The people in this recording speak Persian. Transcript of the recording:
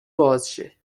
بازشه